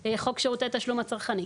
שירותי תשלום הצרכני.